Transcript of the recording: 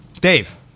Dave